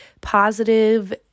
positive